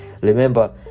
remember